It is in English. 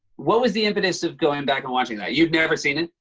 what was the impetus of going back and watching that? you've never seen it?